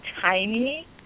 tiny